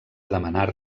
demanar